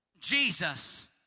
Jesus